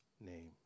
name